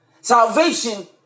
Salvation